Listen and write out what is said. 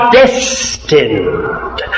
destined